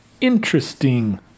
interesting